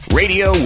radio